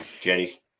Jenny